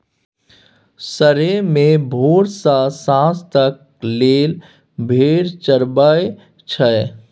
सरेह मे भोर सँ सांझ तक लेल भेड़ चरबई छै